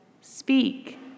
Speak